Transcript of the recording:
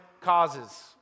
causes